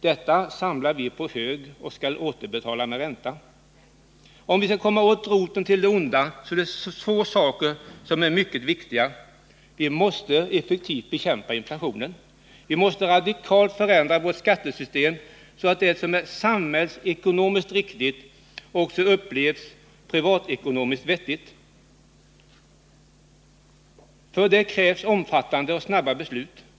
Detta samlar vi på hög och skall återbetala med ränta. Om vi skall komma åt roten till det onda, så är det två saker som är mycket viktiga. Vi måste effektivt bekämpa inflationen. Vi måste radikalt förändra vårt skattesystem, så att det som är samhällsekonomiskt riktigt också upplevs som privatekonomiskt vettigt. För detta krävs omfattande och snabba beslut.